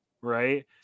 Right